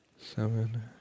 Seven